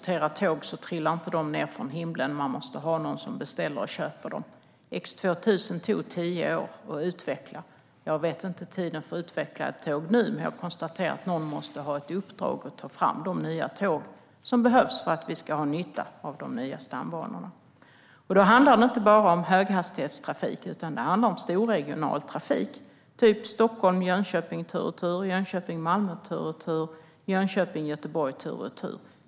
Tåg trillar inte ned från himlen, utan det måste vara någon som köper och beställer dem. X 2000 tog tio år att utveckla. Jag vet inte hur lång tid det skulle ta att utveckla ett tåg nu, men någon måste ha i uppdrag att ta fram de nya tåg som behövs för att vi ska ha nytta av de nya stambanorna. Då handlar det inte bara om höghastighetstrafik utan också om storregional trafik, till exempel Stockholm-Jönköping, Jönköping-Malmö och Jönköping-Göteborg.